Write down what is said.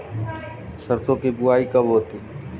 सरसों की बुआई कब होती है?